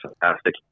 fantastic